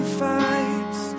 fights